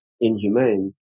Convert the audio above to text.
inhumane